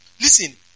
Listen